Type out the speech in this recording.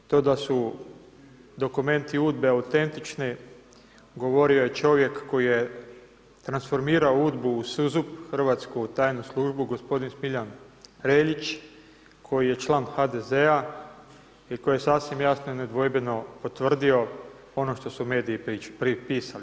To da su dokumenti UDBA-e autentični govorio je čovjek koji je transformirao UDBA-u u SUZUP Hrvatsku tajnu službu gospodin Smiljan Reljić koji je član HDZ-a i koji je sasvim jasno i nedvojbeno potvrdio ono što su mediji pisali.